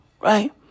Right